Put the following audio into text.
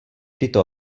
tyto